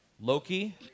Loki